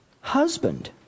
husband